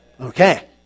Okay